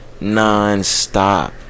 nonstop